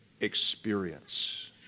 experience